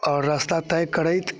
आओर रास्ता तय करैत